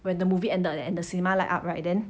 when the movie ended leh and the cinema light up right then